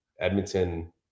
edmonton